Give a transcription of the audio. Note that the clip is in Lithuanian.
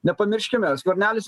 nepamirškime skvernelis